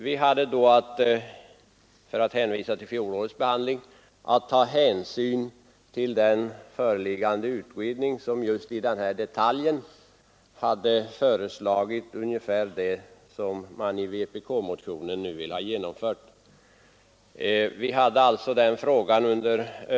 Vid fjolårets behandling hade vi att ta hänsyn till den föreliggande utredningen, som just i den här detaljen hade föreslagit ungefär det som man i vpk-motionen nu vill ha genomfört.